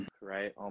right